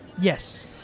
Yes